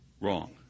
wrong